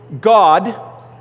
God